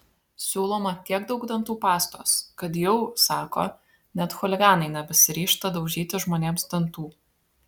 siūloma tiek daug dantų pastos kad jau sako net chuliganai nebesiryžta daužyti žmonėms dantų